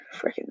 freaking